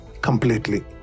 completely